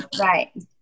right